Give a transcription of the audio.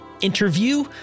interview